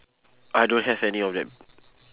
I don't have any of them